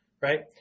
right